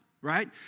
right